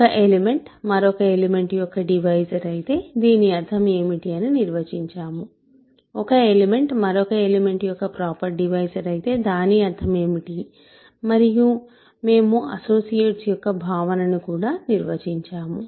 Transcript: ఒక ఎలిమెంట్ మరొక ఎలిమెంట్ యొక్క డివైజర్ అయితే దీని అర్థం ఏమిటి అని నిర్వచించాము ఒక ఎలిమెంట్ మరొక ఎలిమెంట్ యొక్క ప్రోపర్ డివైసర్ అయితే దాని అర్థం ఏమిటి మరియు మేము అసోసియేట్స్ యొక్క భావనను కూడా నిర్వచించాము